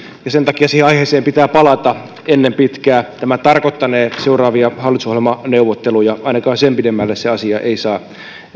ja sen takia siihen aiheeseen pitää palata ennen pitkää tämä tarkoittanee seuraavia hallitusohjelmaneuvotteluja ainakaan sen pidemmälle se asia ei saa